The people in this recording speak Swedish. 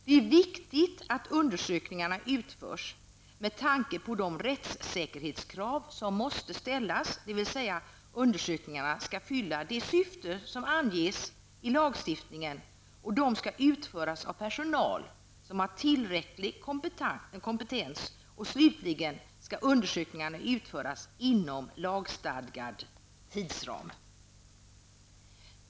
Det är viktigt att undersökningarna utförs med tanke på de rättssäkerhetskrav som måste ställas, dvs. undersökningarna skall fylla det syfte som anges i lagstiftningen, de skall utföras av personal som har tillräcklig kompetens och de skall utföras inom lagstadgad tidsram.